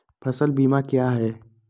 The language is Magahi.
फ़सल बीमा क्या है?